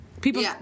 people